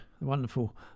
wonderful